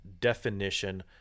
definition